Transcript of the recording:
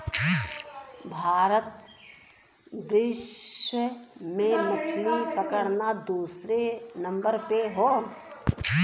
भारत विश्व में मछरी पकड़ना दूसरे नंबर पे हौ